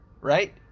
right